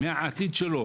מהעתיד שלו,